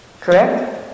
Correct